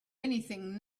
anything